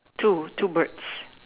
two two birds